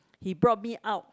he brought me out